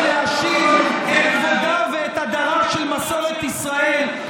להשיב את כבודה ואת הדרה של מסורת ישראל,